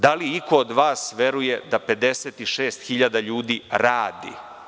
Da li iko od vas veruje da 56 hiljada ljudi radi?